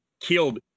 killed